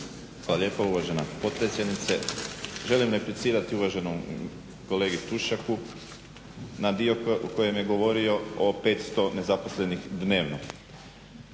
lijepo uvažena potpredsjednice. Želim replicirati uvaženom kolegi Tušaku na dio u kojem je govorio o 500 nezaposlenih dnevno.